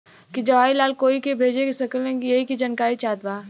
की जवाहिर लाल कोई के भेज सकने यही की जानकारी चाहते बा?